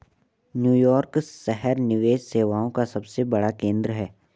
New York शहर निवेश सेवाओं का सबसे बड़ा केंद्र है